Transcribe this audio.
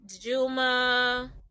juma